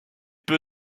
peu